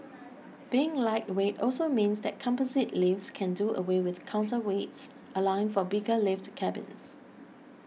being lightweight also means that composite lifts can do away with counterweights allowing for bigger lift cabins